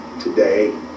today